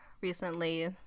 recently